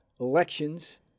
Elections